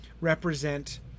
represent